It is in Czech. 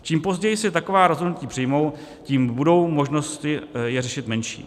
Čím později se taková rozhodnutí přijmou, tím budou možnosti je řešit menší.